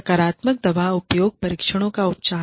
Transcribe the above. सकारात्मक दवा उपयोग परीक्षणों का उपचार